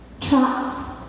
trapped